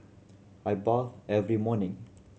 I bathe every morning